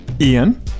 ian